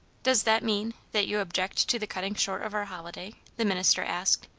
does that mean, that you object to the cutting short of our holiday? the minister asked,